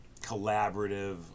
collaborative